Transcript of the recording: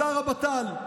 שר הבט"ל.